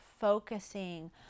focusing